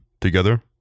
together